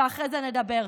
ואחרי זה נדבר.